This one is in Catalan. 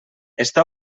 està